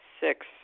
Six